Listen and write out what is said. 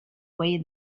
way